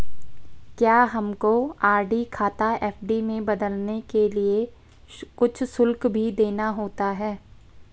क्या हमको आर.डी खाता एफ.डी में बदलने के लिए कुछ शुल्क भी देना होता है?